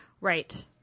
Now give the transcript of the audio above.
Right